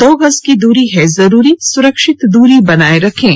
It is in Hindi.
दो गज की दूरी है जरूरी सुरक्षित दूरी बनाए रखें